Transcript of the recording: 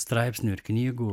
straipsnių ir knygų